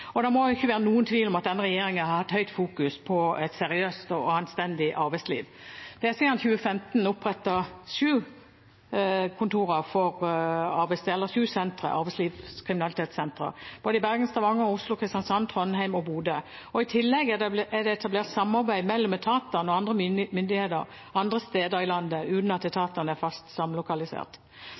Det må ikke være noen tvil om at denne regjeringen har et høyt fokus på et seriøst og anstendig arbeidsliv. Siden 2015 er det opprettet sju arbeidslivkriminalitetssentre, både i Bergen, Stavanger, Oslo, Kristiansand, Trondheim og Bodø, og i tillegg er det etablert samarbeid mellom etatene og andre myndigheter andre steder i landet uten at etatene er fast samlokalisert.